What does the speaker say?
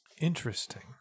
interesting